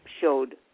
showed